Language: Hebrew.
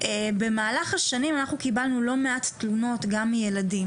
במהלך השנים אנחנו קיבלנו לא מעט תלונות גם מילדים,